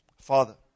Father